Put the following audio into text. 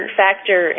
factor